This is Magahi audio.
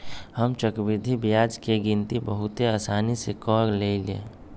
हम चक्रवृद्धि ब्याज के गिनति बहुते असानी से क लेईले